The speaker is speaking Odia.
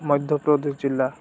ମଧ୍ୟପ୍ରଦେଶ ଜିଲ୍ଲା